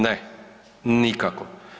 Ne, nikako.